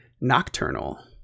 Nocturnal